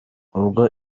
ubwo